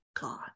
God